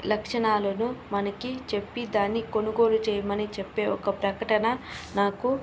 లక్షణాలను మనకి చెప్పి దాన్ని కొనుగోలు చేయమని చెప్పే ఒక ప్రకటన నాకు